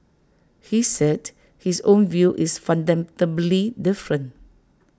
he said his own view is fundamentally different